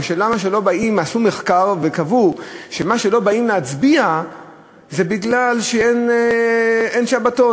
עשו מחקר וקבעו שלא באים להצביע מפני שאין שבתון,